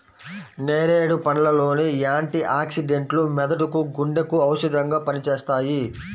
నేరేడు పండ్ల లోని యాంటీ ఆక్సిడెంట్లు మెదడుకు, గుండెకు ఔషధంగా పనిచేస్తాయి